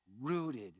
rooted